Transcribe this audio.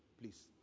please